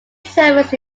service